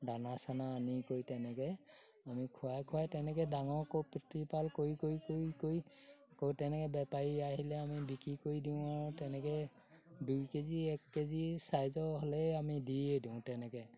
দানা চানা আনি কৰি তেনেকৈ আমি খুৱাই খুৱাই তেনেকৈ ডাঙৰ কৰোঁ প্ৰতিপাল কৰি কৰি তেনেকৈ বেপাৰী আহিলে আমি বিক্ৰী কৰি দিওঁ আৰু তেনেকৈ দুই কেজি এক কেজি চাইজৰ হ'লে আমি দিয়ে দিওঁ তেনেকৈ